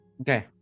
Okay